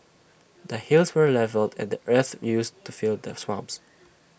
the hills were levelled and the earth used to fill the swamps